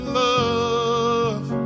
love